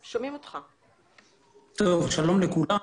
לכן,